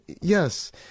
yes